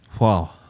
Wow